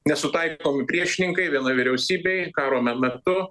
nesutaikomi priešininkai vienoj vyriausybėj karo me metu